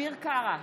אביר קארה,